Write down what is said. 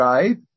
Right